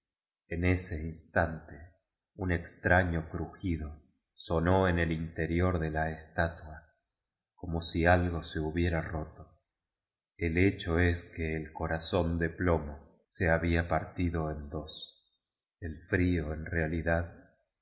en ese instante un extraño crugido sonó en el interior de la estatua como si algo se hubiera roto el hecho es que el corazón de plomo se habla par tido en dos el frío cu realidad